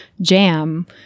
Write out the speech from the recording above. jam